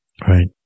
Right